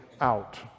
out